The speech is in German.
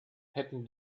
hätten